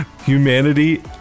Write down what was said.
humanity